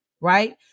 right